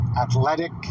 athletic